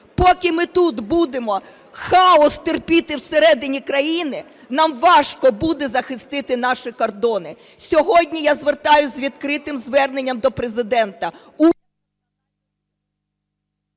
Поки ми тут будемо хаос терпіти всередині країни, нам важко буде захистити наші кордони. Сьогодні я звертаюсь з відкритим звернення до Президента…